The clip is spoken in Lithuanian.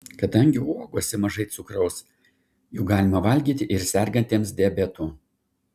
kadangi uogose mažai cukraus jų galima valgyti ir sergantiems diabetu